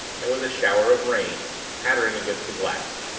and with a shower of rain pattering against the glass?